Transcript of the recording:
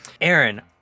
Aaron